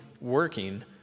working